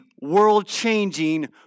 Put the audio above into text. world-changing